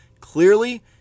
Clearly